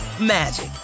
magic